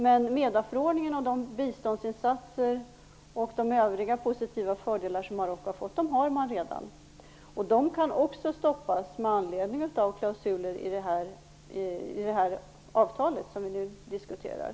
Men Medaförordningen samt de biståndsinsatser och övriga fördelar som Marocko har fått har man redan, och dessa kan stoppas med anledning av klausuler i det avtal som vi nu diskuterar.